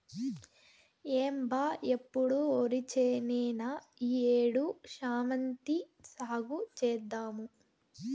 ఏం బా ఎప్పుడు ఒరిచేనేనా ఈ ఏడు శామంతి సాగు చేద్దాము